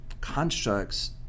constructs